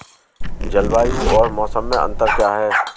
जलवायु और मौसम में अंतर क्या है?